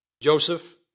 Joseph